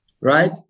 Right